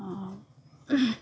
অঁ